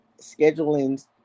scheduling